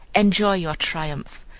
enjoy your triumph!